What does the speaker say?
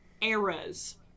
eras